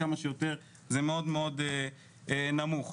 'עד כמה שיותר' זה מאוד מאוד נמוך.